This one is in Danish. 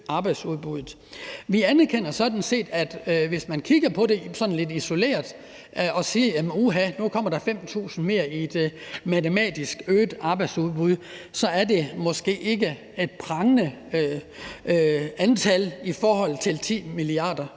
Vi anerkender sådan set, at det, hvis man kigger sådan lidt isoleret på det, og siger, at der nu kommer 5.000 mere i form af et matematisk øget arbejdsudbud, så måske ikke er et prangende antal i forhold til 10 mia.